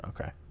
Okay